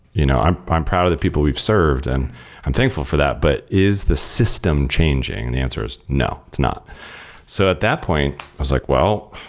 you know i'm i'm proud of the people we've served, and i'm thankful for that, but is the system changing? and the answer is no. it's not so at that point i was like, well,